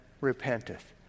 repenteth